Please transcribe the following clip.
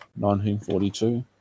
1942